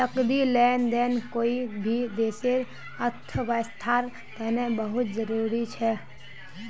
नकदी लेन देन कोई भी देशर अर्थव्यवस्थार तने बहुत जरूरी छ